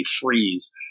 freeze